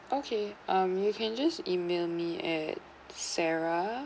okay um you can just email me at sarah